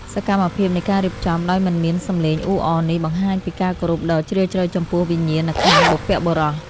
សកម្មភាពនៃការរៀបចំដោយមិនមានសំឡេងអ៊ូអរនេះបង្ហាញពីការគោរពដ៏ជ្រាលជ្រៅចំពោះវិញ្ញាណក្ខន្ធបុព្វបុរស។